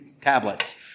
tablets